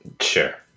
Sure